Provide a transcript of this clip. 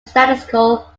statistical